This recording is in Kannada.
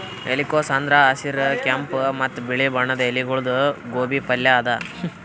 ಎಲಿಕೋಸ್ ಅಂದುರ್ ಹಸಿರ್, ಕೆಂಪ ಮತ್ತ ಬಿಳಿ ಬಣ್ಣದ ಎಲಿಗೊಳ್ದು ಗೋಬಿ ಪಲ್ಯ ಅದಾ